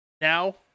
Now